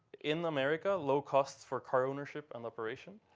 in america, low costs for car ownership and operation.